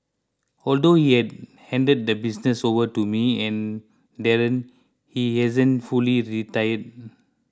although he has handed the business over to me and Darren he hasn't fully retired